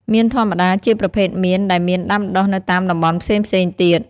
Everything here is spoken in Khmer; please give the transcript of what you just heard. មៀនធម្មតា ជាប្រភេទមៀនដែលមានដាំដុះនៅតាមតំបន់ផ្សេងៗទៀត។